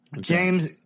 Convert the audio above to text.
James